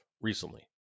recently